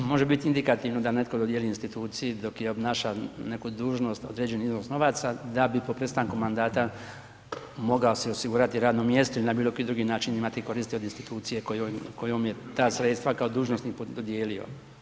Može biti indikativno da netko dodijeli instituciji dok je obnašao neku dužnost određeni iznos novaca da bi po prestanku mandata mogao si osigurati radno mjesto i na bilo koji drugi način imati koristi od institucije kojoj je ta sredstva kao dužnosnik dodijelio.